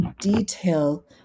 detail